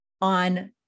on